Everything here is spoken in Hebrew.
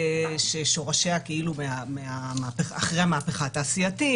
ששורשיה כאילו אחרי המהפכה התעשייתית,